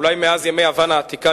אולי מאז ימי יוון העתיקה,